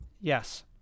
Yes